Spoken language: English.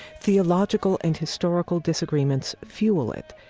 theological and historical disagreements fuel it,